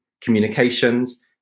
communications